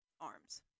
arms